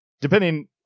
depending